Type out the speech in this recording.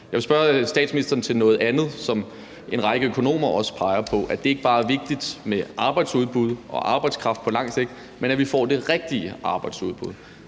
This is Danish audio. Jeg vil spørge statsministeren ind til noget, som en række økonomer også peger på, nemlig at det ikke bare er vigtigt med arbejdsudbud og arbejdskraft på lang sigt, men at vi også får det rigtige arbejdsudbud.